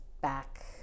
back